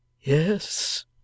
Yes